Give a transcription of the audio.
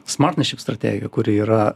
smartnership strategiją kuri yra